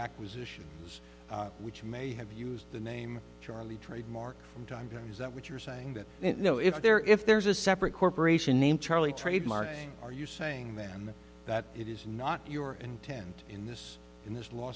acquisition which may have used the name charlie trademark from time to time is that what you're saying that you know if there if there's a separate corporation named charlie trademarking are you saying then that it is not your intent in this in this law